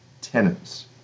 tenants